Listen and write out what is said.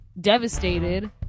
devastated